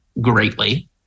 greatly